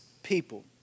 people